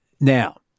now